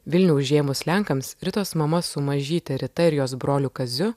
vilnių užėmus lenkams ritos mama su mažyte rita ir jos broliu kaziu